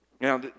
Now